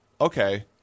Okay